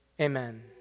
Amen